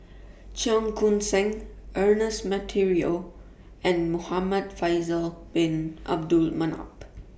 Cheong Koon Seng Ernest Monteiro and Muhamad Faisal Bin Abdul Manap